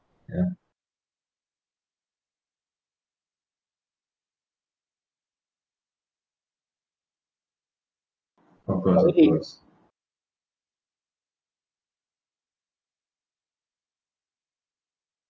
ya of course of course